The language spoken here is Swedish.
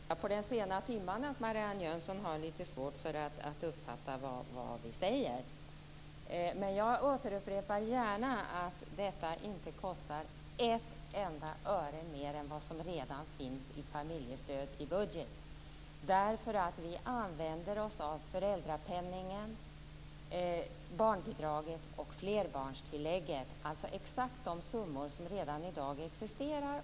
Herr talman! Jag vet inte om vi skall skylla på den sena timman när Marianne Jönsson har litet svårt att uppfatta vad vi säger. Jag återupprepar gärna att detta inte kostar ett enda öre mer än vad som redan finns för familjestöd i budgeten. Vi använder oss av föräldrapenningen, barnbidraget och flerbarnstillägget - alltså exakt de summor som redan i dag existerar.